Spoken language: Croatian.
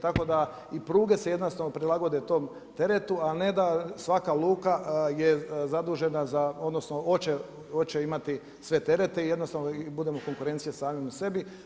Tako da i pruge se jednostavno prilagode tom teretu a ne da svaka luka je zadužena za, odnosno hoće imati sve terete i jednostavno i budemo konkurencija samima sebi.